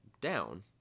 down